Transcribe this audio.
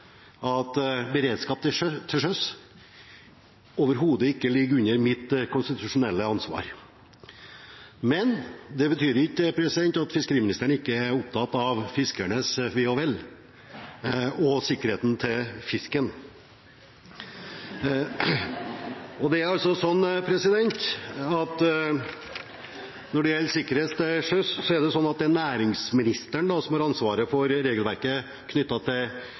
at beredskap til sjøs overhodet ikke ligger under mitt konstitusjonelle ansvar. Men det betyr ikke at fiskeriministeren ikke er opptatt av fiskernes ve og vel – og sikkerheten til fisken. Når det gjelder sikkerhet til sjøs, er det næringsministeren som har ansvaret for regelverket knyttet til